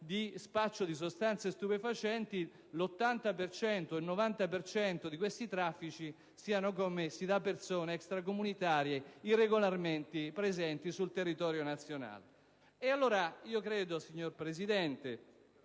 di spaccio di sostanze stupefacenti l'80-90 per cento di questi traffici sia commesso da persone extracomunitarie irregolarmente presenti sul territorio nazionale. Signor Presidente,